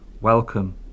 Welcome